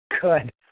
Good